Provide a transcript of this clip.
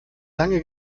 lange